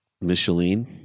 Michelin